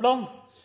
øvrig